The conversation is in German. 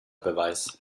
beweis